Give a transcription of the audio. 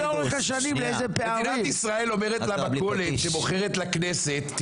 חברי הכנסת, עוד לא גמרנו לשמוע את הבריאות.